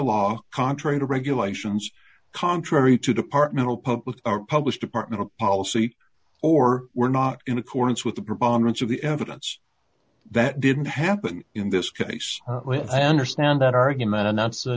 law contrary to regulations contrary to departmental public or published department policy or were not in accordance with the preponderance of the evidence that didn't happen in this case i understand that argument and that's the